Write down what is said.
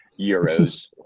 euros